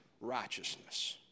righteousness